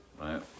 Right